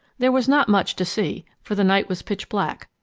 there was not much to see, for the night was pitch black,